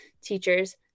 teachers